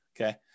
okay